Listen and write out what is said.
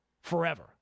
forever